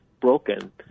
broken